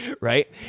right